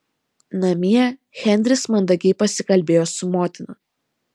namie henris mandagiai pasikalbėjo su motina